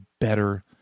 better